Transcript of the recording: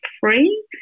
free